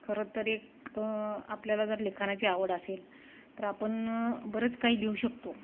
खरं तर एक आपल्याला जर लिखाणाची आवड असेल तर आपण बरंच काही लिहू शकतो